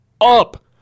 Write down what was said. up